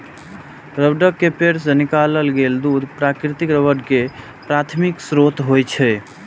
रबड़क पेड़ सं निकालल गेल दूध प्राकृतिक रबड़ के प्राथमिक स्रोत होइ छै